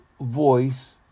voice